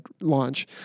launch